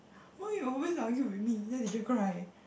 why you always argue with me then the teacher cry